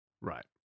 right